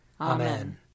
Amen